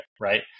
Right